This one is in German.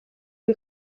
die